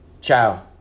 Ciao